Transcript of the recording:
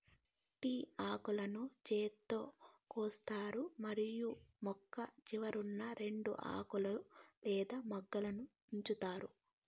tea ఆకులను చేతితో కోస్తారు మరియు మొక్క చివరన ఉన్నా రెండు ఆకులు లేదా మొగ్గలను తుంచుతారు